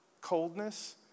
coldness